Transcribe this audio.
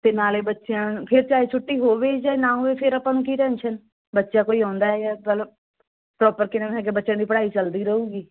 ਅਤੇ ਨਾਲੇ ਬੱਚਿਆਂ ਫਿਰ ਚਾਹੇ ਛੁੱਟੀ ਹੋਵੇ ਜਾਂ ਨਾ ਹੋਵੇ ਫਿਰ ਆਪਾਂ ਨੂੰ ਕੀ ਟੈਨਸ਼ਨ ਬੱਚਾ ਕੋਈ ਆਉਂਦਾ ਜਾਂ ਮਲਬ ਪ੍ਰੋਪਰ ਕਿਨਮ ਹੈਗਾ ਏ ਬੱਚਿਆਂ ਦੀ ਪੜ੍ਹਾਈ ਚੱਲਦੀ ਰਹੂਗੀ